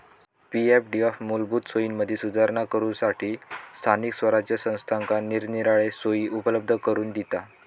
पी.एफडीएफ मूलभूत सोयींमदी सुधारणा करूच्यासठी स्थानिक स्वराज्य संस्थांका निरनिराळे सोयी उपलब्ध करून दिता